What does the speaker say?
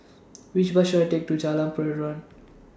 Which Bus should I Take to Jalan Peradun